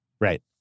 Right